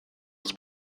was